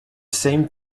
same